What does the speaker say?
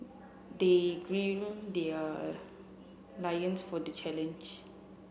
they their for the challenge